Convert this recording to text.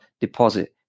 deposit